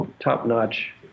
top-notch